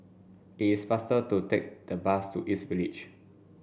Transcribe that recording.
it is faster to take the bus to East Village